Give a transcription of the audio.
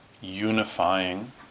unifying